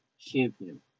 Champion